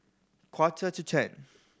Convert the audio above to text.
quarter to ten